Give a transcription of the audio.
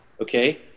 Okay